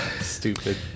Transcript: stupid